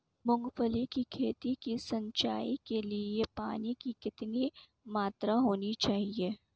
मूंगफली की खेती की सिंचाई के लिए पानी की कितनी मात्रा होनी चाहिए?